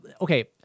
okay